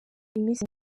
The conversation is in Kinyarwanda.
iminsi